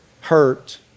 hurt